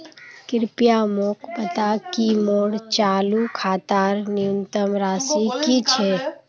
कृपया मोक बता कि मोर चालू खातार न्यूनतम राशि की छे